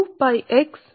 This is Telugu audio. కాబట్టి ఇది సమీకరణం 14